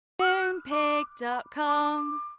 MoonPig.com